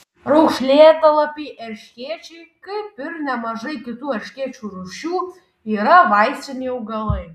raukšlėtalapiai erškėčiai kaip ir nemažai kitų erškėčių rūšių yra vaistiniai augalai